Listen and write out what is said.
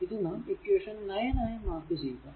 ഇത് നാം ഇക്വേഷൻ 9 ആയി മാർക്ക് ചെയ്യുക